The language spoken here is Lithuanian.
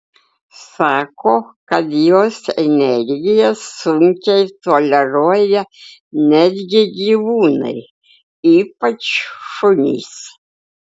sako kad jos energiją sunkiai toleruoja netgi gyvūnai ypač šunys